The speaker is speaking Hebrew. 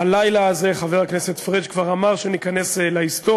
הלילה הזה חבר הכנסת פריג' כבר אמר שניכנס להיסטוריה.